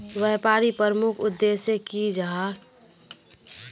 व्यापारी प्रमुख उद्देश्य की जाहा?